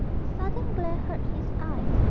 the sudden glare hurt his eyes,